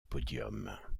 podium